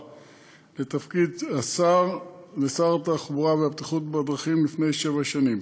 לתפקיד שר התחבורה והבטיחות בדרכים לפני שבע שנים.